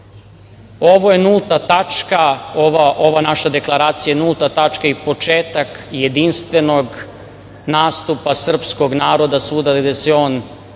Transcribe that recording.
je nulta tačka, ova naša deklaracija je nulta tačka i početak jedinstvenog nastupa srpskog naroda svuda gde on živi